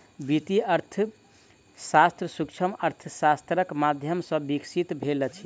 वित्तीय अर्थशास्त्र सूक्ष्म अर्थशास्त्रक माध्यम सॅ विकसित भेल अछि